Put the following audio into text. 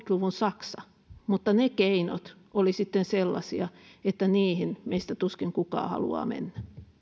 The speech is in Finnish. luvun saksa mutta ne keinot olivat sitten sellaisia että niihin meistä tuskin kukaan haluaa mennä